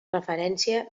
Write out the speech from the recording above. referència